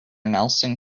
nelson